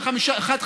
ואת